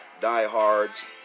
diehards